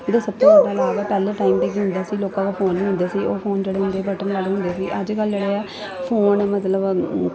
ਜਿਹੜਾ ਸਭ ਤੋਂ ਪਹਿਲਾਂ ਹੁੰਦਾ ਸੀ ਲੋਕਾਂ ਕੋਲ ਫੋਨ ਨੀ ਹੁੰਦੇ ਸੀ ਉਹ ਫੋਨ ਜਿਹੜੇ ਹੁੰਦੇ ਬਟਨ ਵਾਲੇ ਹੁੰਦੇ ਸੀ ਅੱਜ ਕੱਲ ਜਿਹੜੇ ਆ ਫੋਨ ਮਤਲਵ